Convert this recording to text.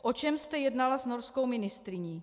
O čem jste jednala s norskou ministryní?